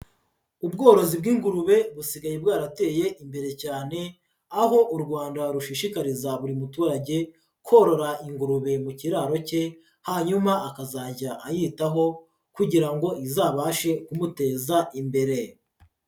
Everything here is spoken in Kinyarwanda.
Ubworozi bw'ingurube busigaye bwarateye imbere cyane, aho u Rwanda rushishikariza buri muturage korora ingurube mu kiraro cye, hanyuma akazajya ayitaho kugira ngo izabashe kumuteza imbere.